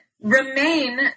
remain